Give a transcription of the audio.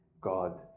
God